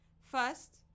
First